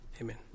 Amen